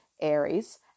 Aries